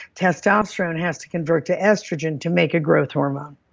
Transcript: testosterone has to convert to estrogen to make a growth hormone.